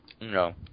No